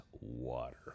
water